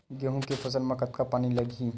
गेहूं के फसल म कतका पानी लगही?